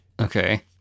Okay